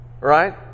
Right